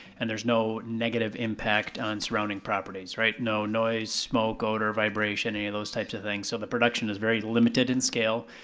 and there's no negative impact on surrounding properties. no noise, smoke or vibration, any of those types of things. so the production is very limited in scale.